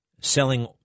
selling